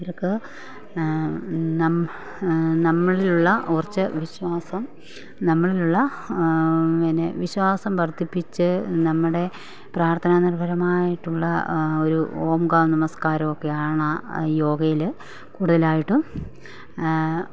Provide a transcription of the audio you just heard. അവർക്ക് നം നമ്മളിലുള്ള ഉറച്ച വിശ്വാസം നമ്മളിലുള്ള പിന്നെ വിശ്വാസം വർദ്ധിപ്പിച്ചു നമ്മുടെ പ്രാർത്ഥനാനിർഭരമായിട്ടുള്ള ഒരു ഓംകാ നമസ്ക്കാരമൊക്കെയാണാ യോഗയിൽ കൂടുതലായിട്ടും